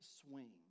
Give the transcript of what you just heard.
swing